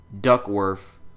duckworth